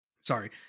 Sorry